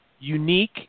Unique